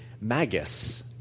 magus